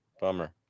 bummer